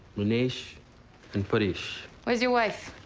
minesh and paresh. where's your wife?